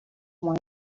wine